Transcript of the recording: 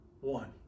one